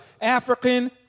African